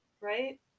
right